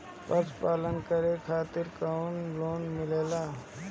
पशु पालन करे खातिर काउनो लोन मिलेला?